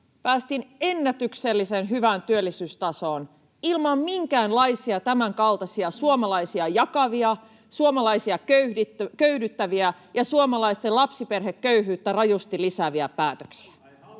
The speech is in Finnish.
päästiin ennätyksellisen hyvään työllisyystasoon ilman minkäänlaisia tämänkaltaisia suomalaisia jakavia, suomalaisia köyhdyttäviä ja suomalaisten lapsiperheköyhyyttä rajusti lisääviä päätöksiä.